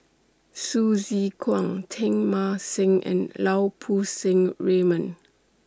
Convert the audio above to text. Hsu Tse Kwang Teng Mah Seng and Lau Poo Seng Raymond